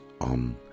on